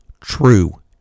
true